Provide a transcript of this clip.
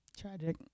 Tragic